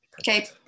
Okay